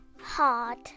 Hard